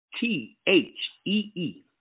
T-H-E-E